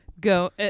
Go